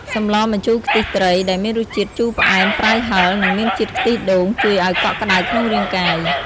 សម្លម្ជូរខ្ទិះត្រី ដែលមានរសជាតិជូរផ្អែម ប្រៃហឹរ និងមានជាតិខ្ទិះដូង ជួយឱ្យកក់ក្តៅក្នុងរាងកាយ។